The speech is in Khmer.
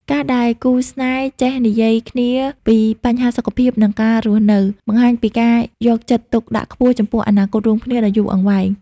ការដែលគូស្នេហ៍ចេះ "និយាយគ្នាពីបញ្ហាសុខភាព និងការរស់នៅ" បង្ហាញពីការយកចិត្តទុកដាក់ខ្ពស់ចំពោះអនាគតរួមគ្នាដ៏យូរអង្វែង។